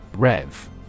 Rev